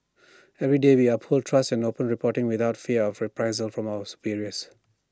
every day we uphold trust and open reporting without fear of reprisal from our superiors